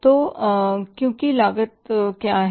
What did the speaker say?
तो क्योंकि लागत क्या है